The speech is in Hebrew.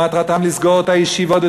מטרתן לסגור את הישיבות,